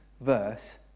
verse